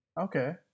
Okay